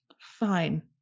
Fine